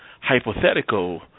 hypothetical